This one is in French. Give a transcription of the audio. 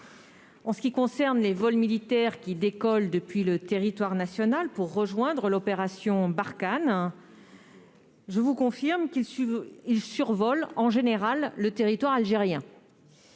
En ce qui concerne les vols militaires qui décollent depuis le territoire national pour rejoindre l'opération Barkhane, je vous confirme qu'ils survolent, en général, le territoire algérien.